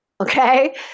Okay